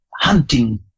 hunting